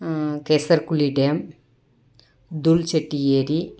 Kesarkuzhi dam Thoolsetti ஏறி